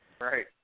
Right